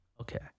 okay